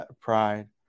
pride